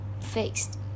fixed